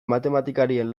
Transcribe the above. matematikarien